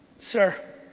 sir.